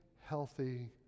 healthy